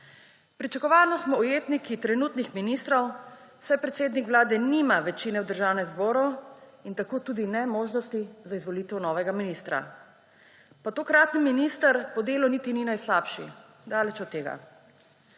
Pričakovano smo ujetniki trenutnih ministrov, saj predsednik Vlade nima večine v Državnem zboru in tako tudi ne možnosti za izvolitev novega ministra. Pa tokratni minister po delu niti ni najslabši, daleč od tega.